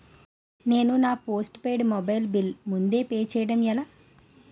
నేను నా postpaid mobile bill ముందే పే చేయడం ఎలా?